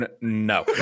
No